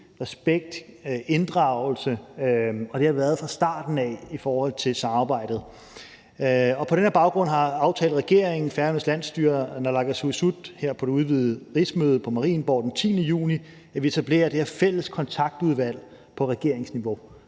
respekt, inddragelse. Det har det været fra starten af i forhold til samarbejdet. På den baggrund aftalte regeringen, Færøernes landsstyre og naalakkersuisut her på det udvidede rigsmøde på Marienborg den 10. juni, at vi etablerer det her fælles kontaktudvalg på regeringsniveau.